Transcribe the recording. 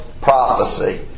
prophecy